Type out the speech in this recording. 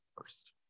first